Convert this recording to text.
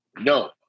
No